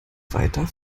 weiter